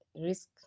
Risk